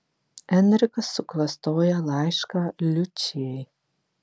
enrikas suklastoja laišką liučijai